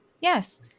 Yes